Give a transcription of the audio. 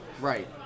Right